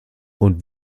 und